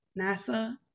NASA